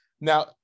Now